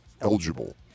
eligible